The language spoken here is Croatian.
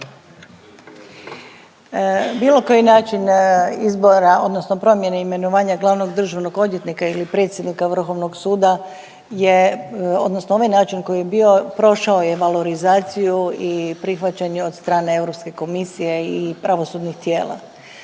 Bilo koji način izbora, odnosno promjene imenovanja glavnog državnog odvjetnika ili predsjednika Vrhovnog suda je, odnosno ovaj način koji je bio, prošao je valorizaciju i prihvaćanje od strane EU komisije i pravosudnih tijela.